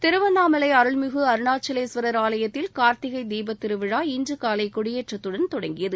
திருவண்ணாமலை அருள்மிகு அருணாசலேஸ்வரர் ஆலயத்தில் கார்த்திகை தீபத் திருவிழா இன்று காலை கொடியேற்றத்துடன் தொடங்கியது